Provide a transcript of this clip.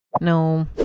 No